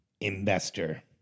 Investor